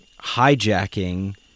hijacking